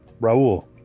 Raul